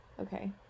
Okay